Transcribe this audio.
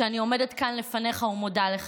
שאני עומדת כאן לפניך ומודה לך,